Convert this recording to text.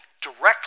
directly